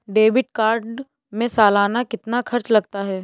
Debit card में सालाना कितना खर्च लगता है?